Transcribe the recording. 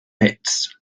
pits